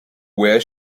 where